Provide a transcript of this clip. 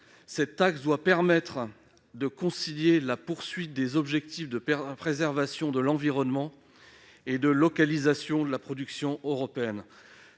Cette taxe doit permettre de concilier la poursuite des objectifs de préservation de l'environnement et de localisation de la production européenne.